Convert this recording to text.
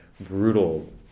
brutal